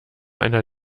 einer